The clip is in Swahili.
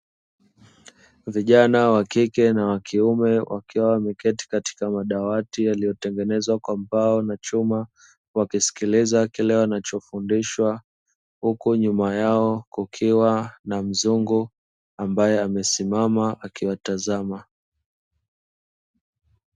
Vijana wakike na wakiume wakiwa wameketi katika madawati yaliyotengenezwa kwa mbao na chuma, wakisikiliza kile wanachofundishwa huku nyuma yao kukiwa na mzungu ambaye amesimama akiwa tazama.